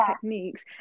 techniques